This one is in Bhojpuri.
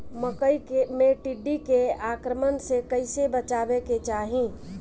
मकई मे टिड्डी के आक्रमण से कइसे बचावे के चाही?